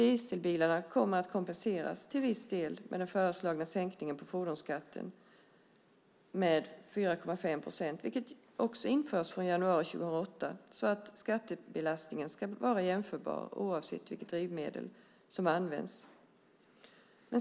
Dieselbilarna kommer att kompenseras till viss del med den föreslagna sänkningen på fordonsskatten med 4,5 procent vilket också införs från januari 2008. Skattebelastningen ska vara jämförbar oavsett vilket drivmedel som används.